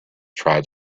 tried